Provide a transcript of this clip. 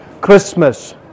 Christmas